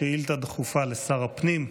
שאילתה דחופה לשר הפנים.